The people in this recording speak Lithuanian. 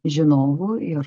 žinovu ir